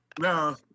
No